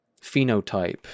Phenotype